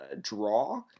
draw